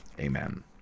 amen